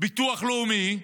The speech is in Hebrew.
הביטוח הלאומי,